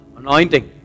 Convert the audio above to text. anointing